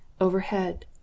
overhead